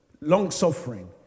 long-suffering